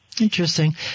Interesting